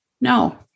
No